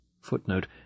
Footnote